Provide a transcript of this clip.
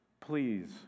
please